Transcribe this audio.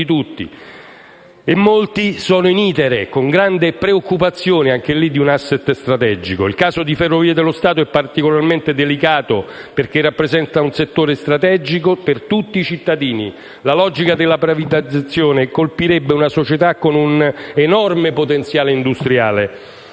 tutti e molti sono *in* *itinere*, con grande preoccupazione, anche in questo caso, per un *asset* strategico. Il caso di Ferrovie dello Stato è particolarmente delicato, perché rappresenta un settore strategico per tutti i cittadini. La logica della privatizzazione colpirebbe una società con un enorme potenziale industriale